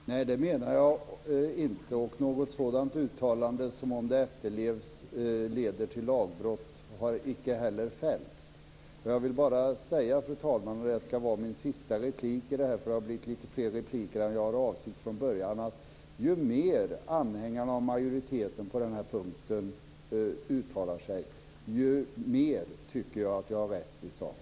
Fru talman! Nej, det menar jag inte. Något sådant uttalande, som om det efterlevs leder till lagbrott, har icke heller fällts. Jag vill bara säga, fru talman, och det ska vara mitt sista inlägg - det har blivit lite fler repliker än jag hade avsett från början - att ju mer anhängarna av majoriteten på den här punkten uttalar sig, desto mer tycker jag att jag har rätt i sak.